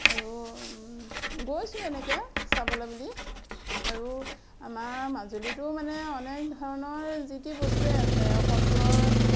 আৰু গৈছোঁ এনেকে চাবলে বুলি আৰু আমাৰ মাজুলীটো মানে অনেক ধৰণৰ যিটি বস্তুৱেই আছে সত্ৰৰ